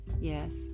Yes